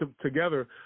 together